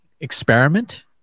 experiment